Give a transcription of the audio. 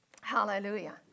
Hallelujah